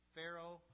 Pharaoh